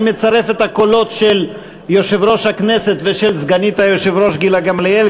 אני מצרף את הקולות של יושב-ראש הכנסת ושל סגנית היושב-ראש גילה גמליאל,